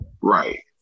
Right